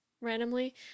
randomly